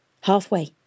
halfway